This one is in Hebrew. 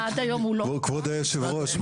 כבוד יושב הראש,